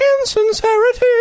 insincerity